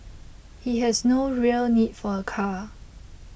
he has no real need for a car